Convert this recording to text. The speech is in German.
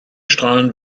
strahlen